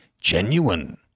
Genuine